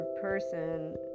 person